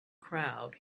crowd